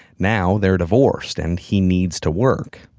now, they're divorced and he needs to work.